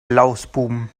lausbuben